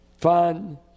Fun